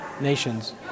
nations